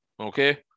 Okay